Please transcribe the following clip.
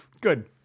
Good